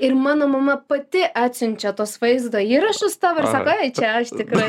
ir mano mama pati atsiunčia tuos vaizdo įrašus tavo ir sako ai čia aš tikrai